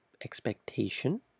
Expectation